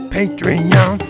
Patreon